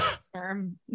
sperm